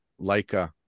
Leica